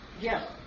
yes